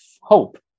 hope